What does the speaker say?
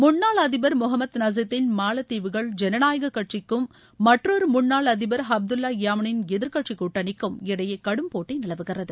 முன்னாள் அதிபர் முகமது நசீத் தின் மாலத்தீவுகள் ஜனநாயக கட்சிக்கும் மற்றொரு முன்னாள் அதிபர் அப்துல்லா யாமினின் எதிர்க்கட்சி கூட்டணிக்கும் இடையே கடும்போட்டி நிலவுகிறது